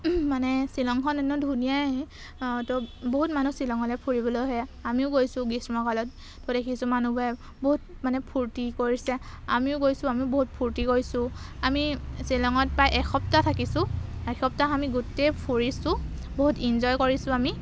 মানে শ্বিলংখন এনেও ধুনীয়াই তো বহুত মানুহ শ্বিলঙলৈ ফুৰিবলৈ হয়ে আমিও গৈছোঁ গ্ৰীষ্মকালত তো দেখিছোঁ মানুহবোৰে বহুত মানে ফূৰ্তি কৰিছে আমিও গৈছোঁ আমি বহুত ফূৰ্তি কৰিছোঁ আমি শ্বিলঙত প্ৰায় এসপ্তাহ থাকিছোঁ এসপ্তাহ আমি গোটেই ফুৰিছোঁ বহুত ইঞ্জয় কৰিছোঁ আমি